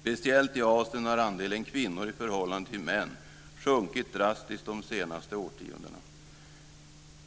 Speciellt i Asien har andelen kvinnor i förhållande till män sjunkit drastiskt de senaste årtiondena.